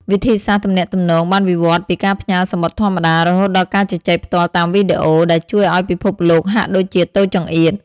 វិធីសាស្ត្រទំនាក់ទំនងបានវិវត្តពីការផ្ញើសំបុត្រធម្មតា រហូតដល់ការជជែកផ្ទាល់តាមវីដេអូ ដែលជួយឱ្យពិភពលោកហាក់ដូចជាតូចចង្អៀត។